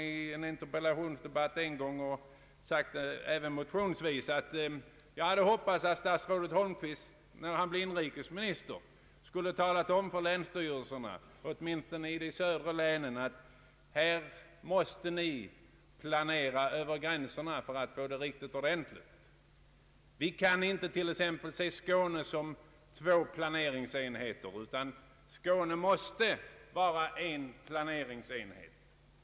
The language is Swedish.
I en interpellationsdebatt och även motionsvis har jag tidigare anfört att jag hade hoppats att statsrådet Holmqvist, när han blev inrikesminister, skulle tala om för länsstyrelserna åtminstone i de södra länen att de måste planera över gränserna för att nå ett ordentligt resultat. Vi kan inte se t.ex. Skåne som två planeringsenheter, utan det måste vara en planeringsenhet.